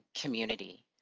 community